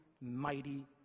mighty